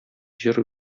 җыр